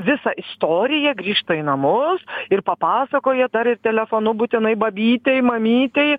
visą istoriją grįžta į namus ir papasakoja dar ir telefonu būtinai bambytei mamytei